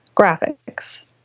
graphics